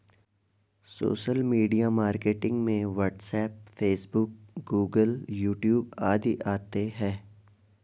social media marketing में WhatsApp Facebook Google YouTube आदि आते है